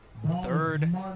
Third